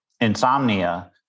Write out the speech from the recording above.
insomnia